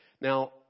Now